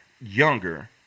younger